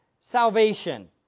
salvation